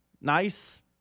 nice